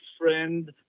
friend